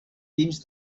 dins